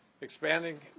Expanding